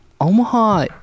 omaha